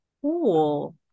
Cool